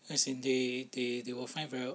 as in they they they will find very